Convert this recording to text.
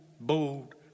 bold